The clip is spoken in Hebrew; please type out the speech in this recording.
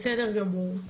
בסדר גמור.